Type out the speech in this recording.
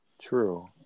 True